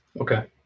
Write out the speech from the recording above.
Okay